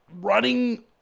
running